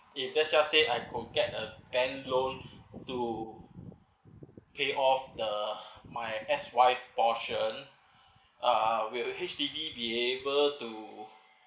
if let's sell it I to get a bank loan to pay off the my ex wife portion uh will H_D_B be able to